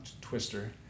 Twister